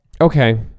okay